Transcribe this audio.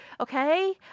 Okay